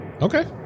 okay